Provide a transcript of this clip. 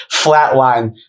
flatline